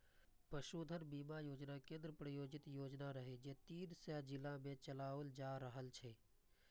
पशुधन बीमा योजना केंद्र प्रायोजित योजना रहै, जे तीन सय जिला मे चलाओल जा रहल छै